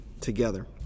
together